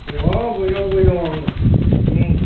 दङ बयनावबो गय दङ